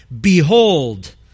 Behold